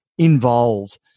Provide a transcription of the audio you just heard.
Involved